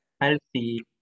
healthy